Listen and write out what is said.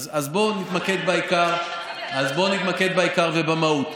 בואו נתמקד בעיקר ובמהות.